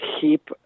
keep